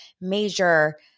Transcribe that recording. major